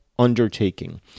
undertaking